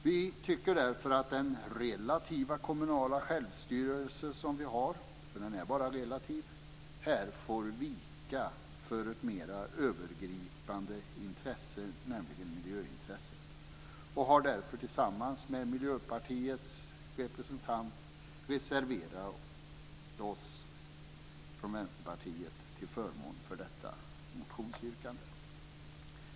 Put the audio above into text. Vi tycker därför att den relativa kommunala självstyrelse som vi har - den är bara relativ - här får vika för ett mer övergripande intresse, nämligen miljöintresset. Därför har vi i Vänsterpartiet tillsammans med Miljöpartiets representant reserverat oss till förmån för detta motionsyrkande.